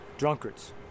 drunkards